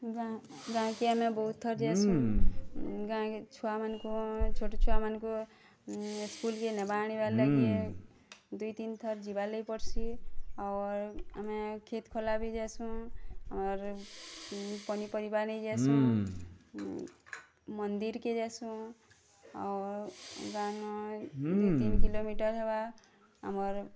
ଗାଁ ଗାଁ କେ ଆମେ ବହୁତ୍ ଥର ଯାଏସୁଁ ଗାଁକେ ଛୁଆମାନଙ୍କୁ ଛୋଟ୍ ଛୁଆମାନ୍ଙ୍କୁ ସ୍କୁଲକେ ନବା ଆନ୍ବାର ଲାଗି ଦୁଇ ତିନ୍ ଥର ଯିବାର୍ ଲାଗି ପଡ଼ସି ଅର୍ ଆମେ କ୍ଷେତ୍ ଖଳା ଯାଏସୁଁ ଅର୍ ପନିପରିବା ନେଇ ଯାଏଁସୁଁ ଅର୍ ମନ୍ଦିର୍ କେ ଯାଏସୁଁ ଅର୍ ଗାଁ ନ ଦୁଇ ତିନି କିଲୋମିଟର ହେବା ଆମର୍